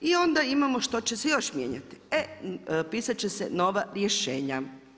I onda imamo što će se još mijenjati, e, pisat će se nova rješenja.